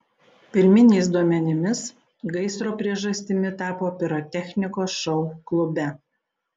pirminiais duomenimis gaisro priežastimi tapo pirotechnikos šou klube